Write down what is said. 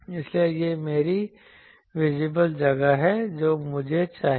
इसलिए यह मेरी विजिबल जगह है जो मुझे चाहिए